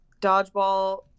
dodgeball